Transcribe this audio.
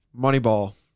Moneyball